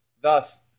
Thus